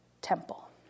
temple